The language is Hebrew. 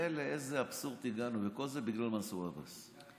תראה לאיזה אבסורד הגענו, וכל זה בגלל מנסור עבאס.